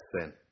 sin